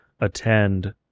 attend